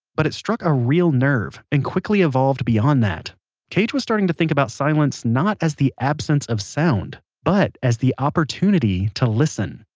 but it struck a real nerve, and quickly evolved beyond that cage was starting to think about silence not as the absence of sound but as the opportunity to listen.